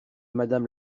madame